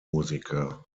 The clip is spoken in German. musiker